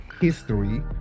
history